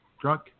Drunk